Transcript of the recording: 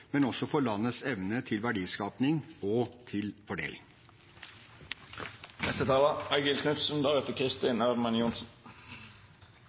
men også for landets evne til verdiskaping og